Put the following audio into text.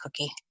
cookie